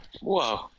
whoa